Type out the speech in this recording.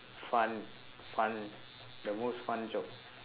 fun fun the most fun job